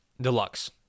Deluxe